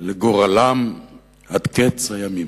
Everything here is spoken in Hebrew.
לגורלם עד קץ הימים.